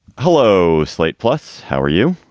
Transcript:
hello. slate plus. how are you?